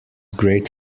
great